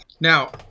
Now